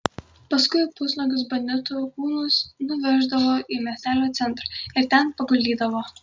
paskui pusnuogius banditų kūnus nuveždavo į miestelio centrą ir ten paguldydavo